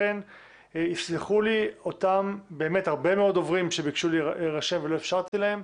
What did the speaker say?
לכן יסלחו לי אותם באמת הרבה מאוד דוברים שביקשו להירשם ולא אפשרתי להם,